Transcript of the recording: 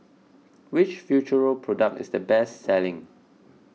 which Futuro product is the best selling